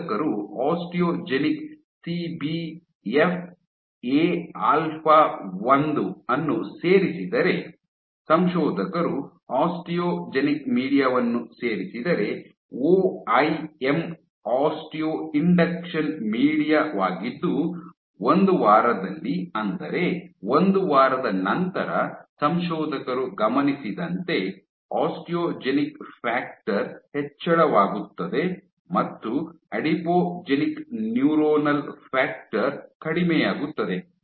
ಸಂಶೋಧಕರು osteogenic CBFA alpha 1 ಅನ್ನು ಸೇರಿಸಿದರೆ ಸಂಶೋಧಕರು ಆಸ್ಟಿಯೋಜೆನಿಕ್ ಮೀಡಿಯಾ ವನ್ನು ಸೇರಿಸಿದರೆ ಒಐಎಂ ಆಸ್ಟಿಯೊ ಇಂಡಕ್ಷನ್ ಮೀಡಿಯಾ ವಾಗಿದ್ದು ಒಂದು ವಾರದಲ್ಲಿ ಅಂದರೆ ಒಂದು ವಾರದ ನಂತರ ಸಂಶೋಧಕರು ಗಮನಿಸಿದಂತೆ ಆಸ್ಟಿಯೋಜೆನಿಕ್ ಫ್ಯಾಕ್ಟರ್ ಹೆಚ್ಚಳವಾಗುತ್ತದೆ ಮತ್ತು ಅಡಿಪೋಜೆನಿಕ್ ನ್ಯೂರಾನಲ್ ಫ್ಯಾಕ್ಟರ್ ಕಡಿಮೆಯಾಗುತ್ತದೆ